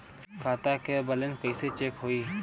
खता के बैलेंस कइसे चेक होई?